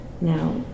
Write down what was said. Now